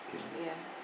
ya